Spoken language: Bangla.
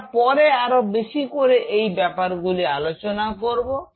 আমরা পরে আরো বেশি করে এই ব্যাপার গুলি আলোচনা করব